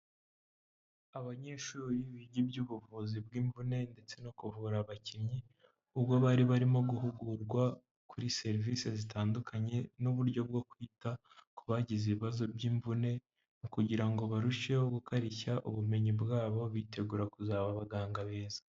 Abanyeshuri biga iby'ubuvuzi bw'imvune ndetse no kuvura abakinnyi, ubwo bari barimo guhugurwa kuri serivisi zitandukanye n'uburyo bwo kwita ku bagize ibibazo by'imvune kugira ngo barusheho gukarishya ubumenyi bwabo bitegura kuzaba abaganga beza.